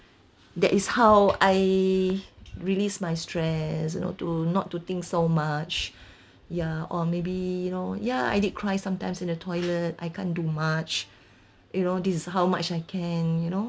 that is how I release my stress you know to not to think so much ya or maybe you know ya I did cry sometimes in the toilet I can't do much you know this is how much I can you know